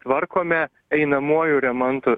tvarkome einamuoju remontu